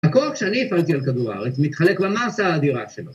הכוח שאני הפעלתי על כדור הארץ מתחלק במאסה האדירה שלנו.